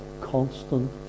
constant